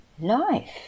life